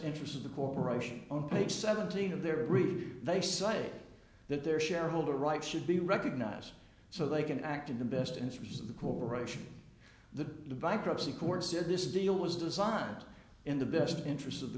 interests of the corporation on page seventeen of their review they say that their shareholder rights should be recognized so they can act in the best interests of the corporation the by proxy course if this deal was designed in the best interests of the